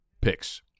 picks